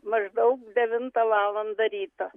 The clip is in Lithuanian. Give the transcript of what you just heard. maždaug devintą valandą ryto